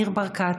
ניר ברקת,